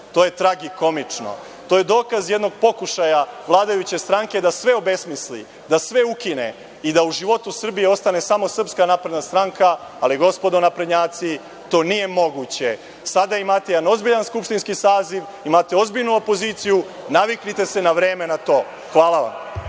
To je tragikomično. To je dokaz jednog pokušaja vladajuće stranke da sve obesmisli, da sve ukine i da u životu Srbija ostane samo SNS, ali gospodo naprednjaci to nije moguće. Sada imate jedan ozbiljan skupštinski saziv, imate ozbiljnu opoziciju, naviknite se na vreme na to. Hvala vam.